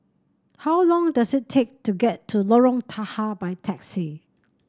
how long does it take to get to Lorong Tahar by taxi